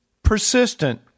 Persistent